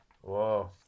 Whoa